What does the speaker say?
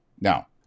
Now